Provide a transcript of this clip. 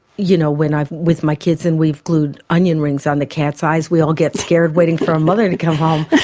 you know when i'm with my kids and we've glued onion rings on the cat's eyes we all get scared waiting for our mother to come home.